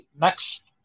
next